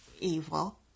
evil